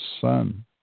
Son